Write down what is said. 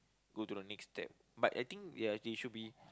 go to the next step but I think ya they should be